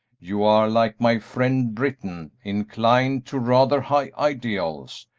you are, like my friend britton, inclined to rather high ideals.